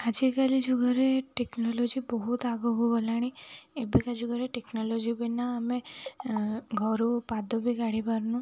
ଆଜିକାଲି ଯୁଗରେ ଟେକ୍ନୋଲୋଜି ବହୁତ ଆଗକୁ ଗଲାଣି ଏବେକା ଯୁଗରେ ଟେକ୍ନୋଲୋଜି ବିନା ଆମେ ଘରୁ ପାଦ ବି କାଢ଼ିପାରୁନୁ